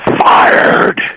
fired